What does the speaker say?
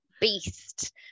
beast